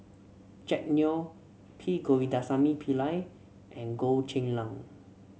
Jack Neo P Govindasamy Pillai and Goh Cheng Liang